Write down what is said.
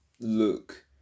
look